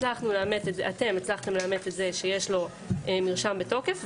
אתם הצלחתם לאמת את זה שיש מרשם בתוקף,